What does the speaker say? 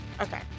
Okay